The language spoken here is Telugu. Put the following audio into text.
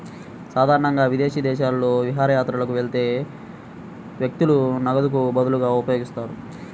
సాధారణంగా విదేశీ దేశాలలో విహారయాత్రకు వెళ్లే వ్యక్తులు నగదుకు బదులుగా ఉపయోగిస్తారు